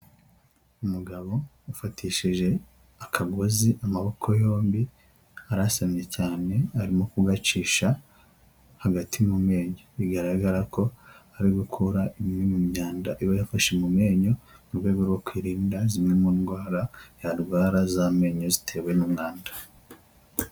Umugabo ufatishije akagozi amaboko yombi arasamye cyane arimo kugacisha hagati mu menyo, bigaragara ko ari gukura imwe mu myanda iba yafashe mu menyo, mu rwego rwo kwirinda zimwe mu ndwara yarwara z'amenyo zitewe n'umwanda.